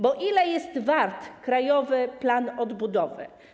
Bo ile jest wart Krajowy Plan Odbudowy?